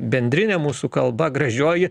bendrinė mūsų kalba gražioji